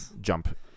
jump